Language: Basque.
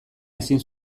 ezin